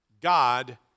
God